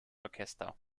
orchester